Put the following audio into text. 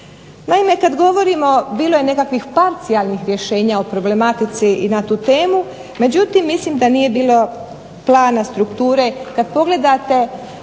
Naime, kada govorimo, bilo je nekakvih parcijalnih rješenja o problematici na tu temu, međutim mislim da nije bilo plana strukture, kada pogledate